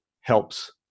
helps